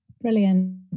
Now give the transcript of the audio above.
brilliant